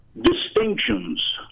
Distinctions